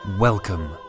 Welcome